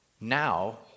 now